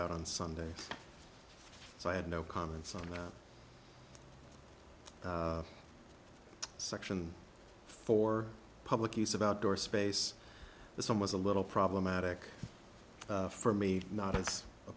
out on sunday so i had no comments on the section for public use of outdoor space this one was a little problematic for me not